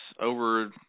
over